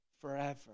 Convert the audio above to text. forever